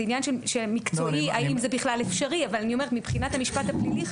זה עניין מקצועי האם זה בכלל אפשרי אבל מבחינת המשפט הפלילי,